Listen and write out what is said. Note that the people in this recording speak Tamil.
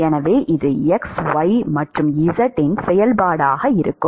எனவே இது x y மற்றும் z நிலையின் செயல்பாடாக இருக்கும்